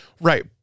Right